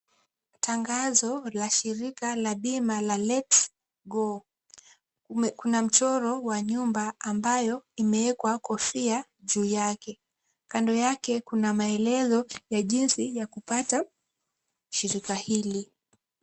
Tangazo la shirika la bima la LetsGo. Kuna mchoro wa nyumba ambayo imeekwa kofia juu yake. Kando yake kuna maelezo ya jinsi ya kupata shirika hili.